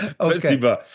Okay